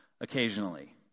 occasionally